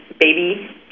baby